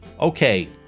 Okay